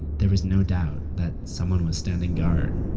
there was no doubt that someone was standing guard.